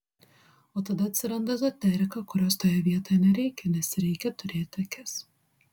o tada atsiranda ezoterika kurios toje vietoje nereikia nes reikia turėti akis